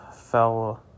fell